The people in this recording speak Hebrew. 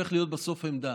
הופך להיות בסוף עמדה,